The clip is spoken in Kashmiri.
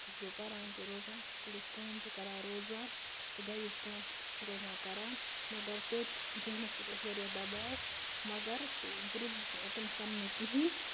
اَکھ ٲسٕس بہٕ پَران تہِ روزان سکوٗلٕچ کٲم تہِ کَران روزان تہٕ گرِچ کٲم تہِ ٲسٕس روزان کَران مگر تویتہِ ذہنَس پٮ۪ٹھ اوس واریاہ دباو مگر تہٕ بہٕ روٗزٕس نہٕ اوکُن سننہِ کِہیٖنۍ